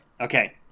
okay